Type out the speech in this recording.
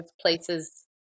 places